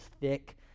thick